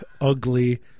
Ugly